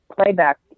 playback